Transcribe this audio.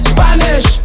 Spanish